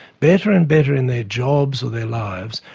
better and better in their jobs or their lives,